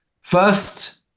first